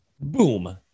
Boom